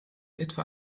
etwa